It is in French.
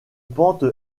pente